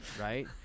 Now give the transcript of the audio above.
right